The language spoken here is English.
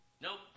Nope